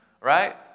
right